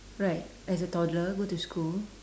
right as a toddler go to school